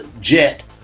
jet